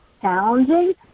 challenging